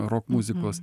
rok muzikos